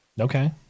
okay